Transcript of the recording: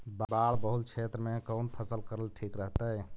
बाढ़ बहुल क्षेत्र में कौन फसल करल ठीक रहतइ?